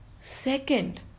Second